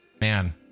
man